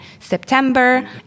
September